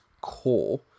core